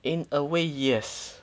in a way yes